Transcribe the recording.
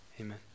amen